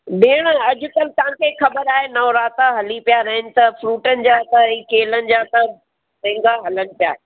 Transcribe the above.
भेण अॼु कल्ह तव्हांखे ख़बरु आहे नवरात्रा हली पिया रहनि त फ़्रूटनि जा त ऐं केलनि जा त महांगा हलनि पिया